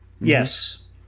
Yes